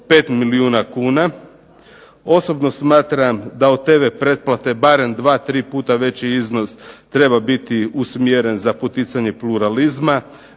milijuna kuna. Osobno smatram da od TV pretplate barem 2,3 puta veći iznos treba biti usmjeren za poticanje pluralizma.